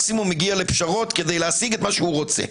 מקסימום מגיע לפשרות להשיג מה שהוא רוצה.